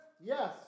Yes